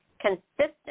consistent